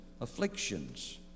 afflictions